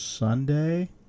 Sunday